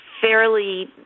fairly